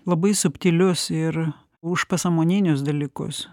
labai subtilius ir užpasąmoninius dalykus